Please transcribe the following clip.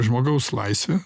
žmogaus laisvę